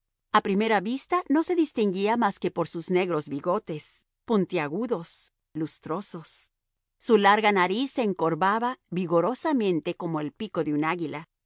a primera vista no se distinguía más que por sus negros bigotes puntiagudos lustrosos su larga nariz se encorvaba vigorosamente como el pico de un águila